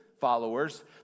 followers